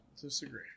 Disagree